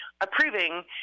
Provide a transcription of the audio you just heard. approving